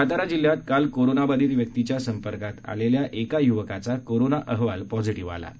सातारा जिल्हयात काल कोरोनाबाधित व्यक्तीच्या संपर्कात आलेल्या एका युवकाचा कोरोना अहवाल पॉझिटीव्ह आला आहे